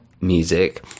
music